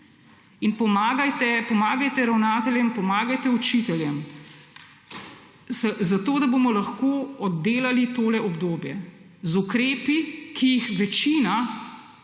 Pomagajte ravnateljem, pomagajte učiteljem zato, da bomo lahko oddelali tole obdobje z ukrepi, ki jih večina